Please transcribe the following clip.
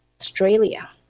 Australia